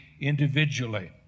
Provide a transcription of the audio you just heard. individually